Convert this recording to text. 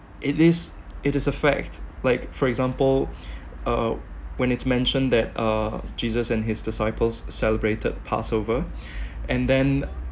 it is it is a fact like for example uh when it's mentioned that uh jesus and his disciples celebrated passover and then